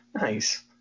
Nice